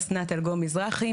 אסנת אלגום מזרחי,